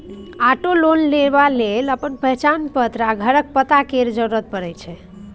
auto loan लेबा लेल अपन पहचान पत्र आ घरक पता केर जरुरत परै छै